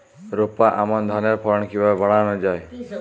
রোপা আমন ধানের ফলন কিভাবে বাড়ানো যায়?